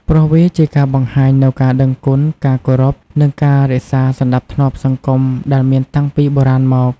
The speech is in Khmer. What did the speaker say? ព្រោះវាជាការបង្ហាញនូវការដឹងគុណ ការគោរព និងការរក្សាសណ្តាប់ធ្នាប់សង្គមដែលមានតាំងពីបុរាណមក។